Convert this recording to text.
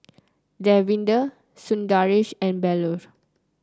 Davinder Sundaresh and Bellur